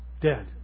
dead